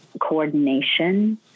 coordination